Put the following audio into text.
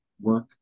work